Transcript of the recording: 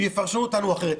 ויפרשו אותנו אחרת,